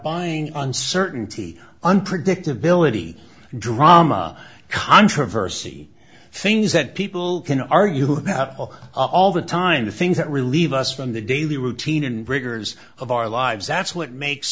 buying uncertainty unpredictability drama controversy things that people can argue all the time the things that relieve us from the daily routine and rigors of our lives that's what makes